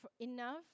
enough